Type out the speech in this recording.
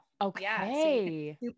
Okay